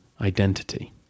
identity